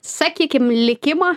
sakykim likimą